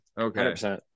Okay